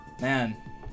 Man